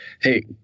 hey